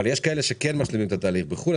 אבל יש כאלה שכן משלימים את התהליך בחו"ל,